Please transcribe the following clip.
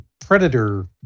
predator